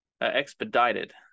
expedited